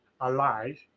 alive